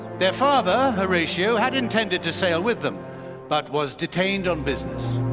their father, horatio had intended to sail with them but was detained on business.